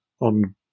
on